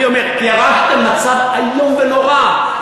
אני אומר: ירשתם מצב איום ונורא.